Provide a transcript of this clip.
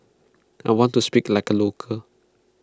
I want to speak like A local